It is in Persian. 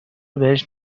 بهش